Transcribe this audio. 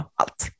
allt